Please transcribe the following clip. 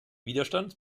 widerstand